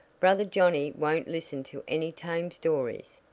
brother johnnie won't listen to any tame stories.